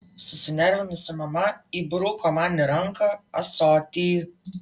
susinervinusi mama įbruko man į ranką ąsotį